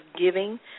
giving